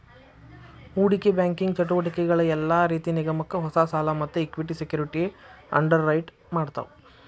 ಹೂಡಿಕಿ ಬ್ಯಾಂಕಿಂಗ್ ಚಟುವಟಿಕಿಗಳ ಯೆಲ್ಲಾ ರೇತಿ ನಿಗಮಕ್ಕ ಹೊಸಾ ಸಾಲಾ ಮತ್ತ ಇಕ್ವಿಟಿ ಸೆಕ್ಯುರಿಟಿ ಅಂಡರ್ರೈಟ್ ಮಾಡ್ತಾವ